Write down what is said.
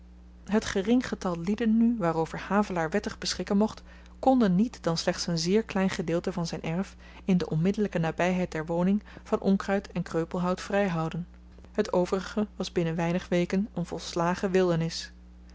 het gering getal lieden nu waarover havelaar wettig beschikken mocht konden niet dan slechts een zeer klein gedeelte van zyn erf in de onmiddellyke nabyheid der woning van onkruid en kreupelhout vryhouden het overige was binnen weinig weken een volslagen wildernis